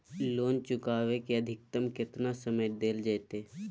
Loan चुकाबे के अधिकतम केतना समय डेल जयते?